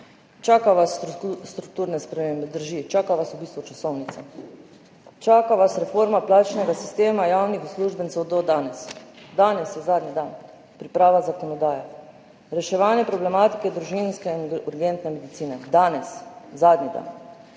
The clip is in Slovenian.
Čakajo vas strukturne spremembe, drži. Čaka vas v bistvu časovnica. Čaka vas reforma plačnega sistema javnih uslužbencev do danes. Danes je zadnji dan, priprava zakonodaje. Reševanje problematike družinske in urgentne medicine, danes zadnji dan.